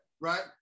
Right